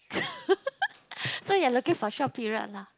so you're looking for short period lah